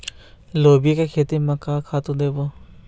लोबिया के खेती म का खातू देबो?